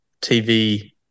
TV